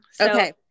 Okay